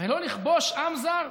ולא לכבוש עם זר,